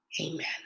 amen